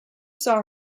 saw